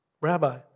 Rabbi